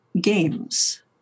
games